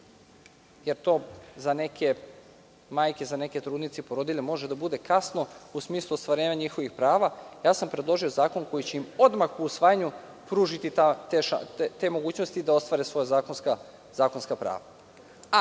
jer to za neke majke, za neke trudnice i porodilje može da bude kasno u smislu ostvarenja njihovih prava, ja sam predložio zakon koji će im odmah po usvajanju pružiti te mogućnosti da ostvare svoja zakonska prava. Kada